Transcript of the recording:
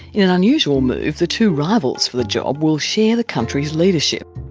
in an unusual move, the two rivals for the job will share the country's leadership.